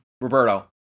Roberto